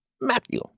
Matthew